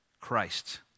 Christ